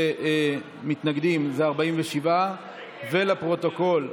שמתנגדים זה 47. ולפרוטוקול,